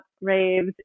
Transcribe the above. raves